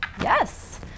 Yes